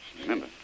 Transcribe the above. Remember